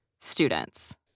students